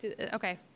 okay